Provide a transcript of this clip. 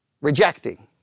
rejecting